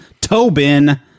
Tobin